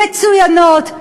מצוינות.